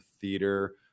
theater